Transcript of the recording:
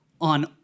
on